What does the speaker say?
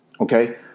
Okay